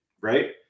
right